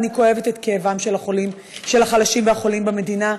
אני כואבת את כאבם של החלשים והחולים במדינה,